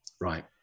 Right